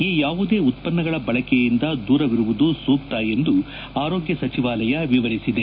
ಈ ಯಾವುದೇ ಉತ್ವನ್ನಗಳ ಬಳಕೆಯಿಂದ ದೂರವಿರುವುದು ಸೂಕ್ತ ಎಂದು ಆರೋಗ್ಯ ಸಚಿವಾಲಯ ವಿವರಿಸಿದೆ